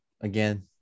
again